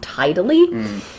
tidily